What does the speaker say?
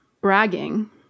bragging